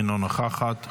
אינה נוכחת.